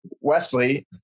Wesley